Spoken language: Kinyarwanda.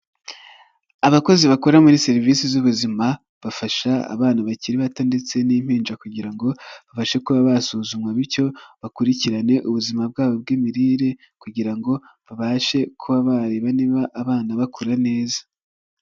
Abakozi bakora muri serivisi z'ubuzima, bafasha abana bakiri bato ndetse n'impinja kugira ngo babashe kuba basuzumwa, bityo bakurikirane ubuzima bwabo bw'imirire kugira ngo babashe kuba bareba niba abana bakura neza.